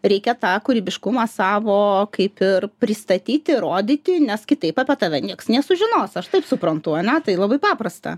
reikia tą kūrybiškumą savo kaip ir pristatyti rodyti nes kitaip apie tave nieks nesužinos aš taip suprantu ane tai labai paprasta